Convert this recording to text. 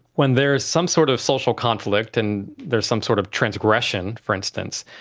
when there is some sort of social conflict and there's some sort of transgression, for instance,